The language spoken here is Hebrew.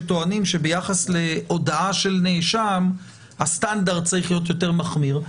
שטוענים שביחס להודאה של נאשם הסטנדרט צריך להיות יותר מחמיר.